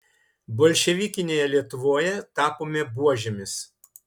bolševikinėje lietuvoje tapome buožėmis